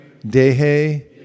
Dehe